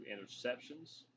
interceptions